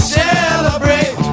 celebrate